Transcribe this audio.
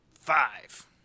Five